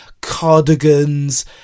cardigans